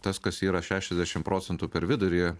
tas kas yra šešiasdešim procentų per vidurį